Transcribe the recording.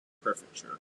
prefecture